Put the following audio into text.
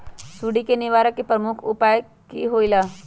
सुडी के निवारण के प्रमुख उपाय कि होइला?